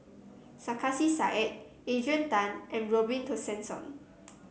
Sarkasi Said Adrian Tan and Robin Tessensohn